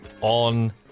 on